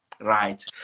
right